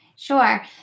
Sure